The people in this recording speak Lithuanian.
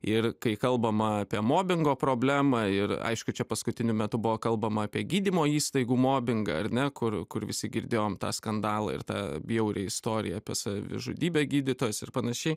ir kai kalbama apie mobingo problemą ir aišku čia paskutiniu metu buvo kalbama apie gydymo įstaigų mobingą ar ne kur kur visi girdėjom tą skandalą ir tą bjaurią istoriją apie savižudybę gydytojos ir panašiai